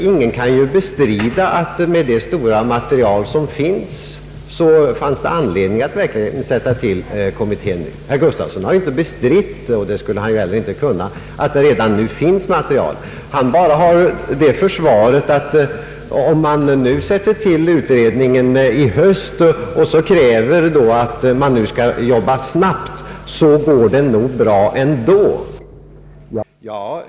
Ingen kan ju bestrida att man med det stora material som står till förfogande hade anledning att verkligen tillsätta kommittén nu. Herr Gustavsson har inte bestritt — och det skulle han inte heller kunna — att det redan finns material. Han har bara det försvaret att om man tillsätter utredningen i höst och kräver att den skall arbeta snabbt, så går det nog bra ändå.